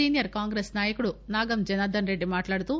senior Congress నాయకుడు నాగం జనార్దన్ రెడ్డి మాట్లాడుతూ